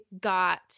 got